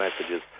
messages